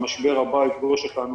ככל שהמשבר הבא יפגוש אותנו